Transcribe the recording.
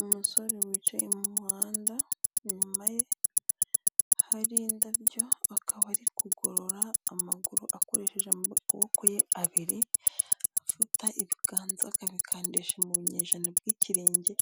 Umusore wicaye mu muhanda inyuma ye hari indabyo akaba ari kugorora amaguru akoresheje aboko ye abiri, afata ibiganza akabikandisha mu bunyejana bw'ikirenge